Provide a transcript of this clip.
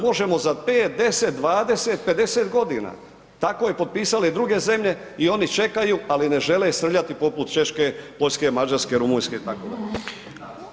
Možemo za 5, 10, 20, 50 godina, tako je potpisale i druge zemlje i oni čekaju, ali ne želje srljati poput Češke, Poljske, Mađarske, Rumunjske itd.